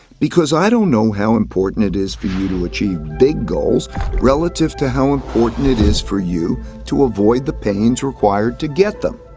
because i don't know how important it is for you to achieve big goals relative to how important it is for you to avoid the pains required to get them.